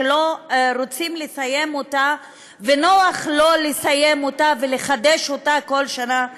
שלא רוצים לסיים אותה ונוח שלא לסיים אותה ולחדש אותה בכל שנה מחדש.